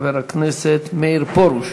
חבר הכנסת מאיר פרוש.